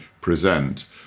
present